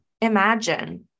Imagine